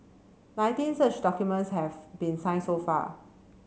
nineteen such documents have been signed so far